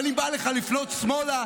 אבל אם בא לך לפנות שמאלה,